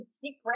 secret